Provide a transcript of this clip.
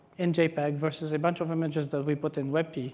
in jpeg versus a bunch of images that we put in webp.